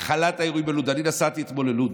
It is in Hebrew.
הכלת האירועים בלוד, אני נסעתי אתמול ללוד.